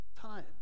time